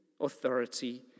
authority